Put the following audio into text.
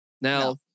Now